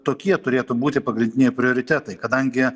tokie turėtų būti pagrindiniai prioritetai kadangi